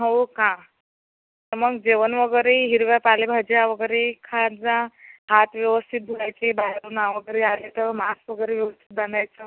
हो का मग जेवण वगैरे हिरव्या पालेभाज्या वगैरे खात जा हात व्यवस्थित धुवायचे बाहेरून आ वगैरे आले तर मास्क वगैरे व्यवस्थित बांधायचं